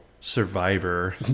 Survivor